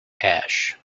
ash